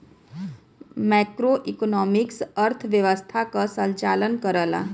macroeconomics अर्थव्यवस्था क संचालन करला